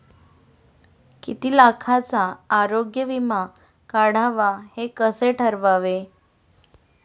किती लाखाचा आरोग्य विमा काढावा हे कसे ठरवावे?